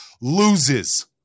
loses